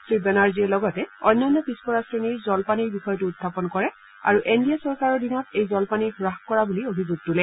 শ্ৰীবেনাৰ্জীয়ে লগতে অন্যান্য পিছপৰা শ্ৰেণীৰ জলপাণিৰ বিষয়টো উখাপন কৰে আৰু এন ডি এ চৰকাৰৰ দিনত এই জলপাণি হ্ৰাস কৰা বুলি অভিযোগ তোলে